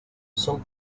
son